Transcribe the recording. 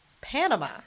Panama